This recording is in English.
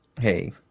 hey